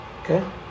okay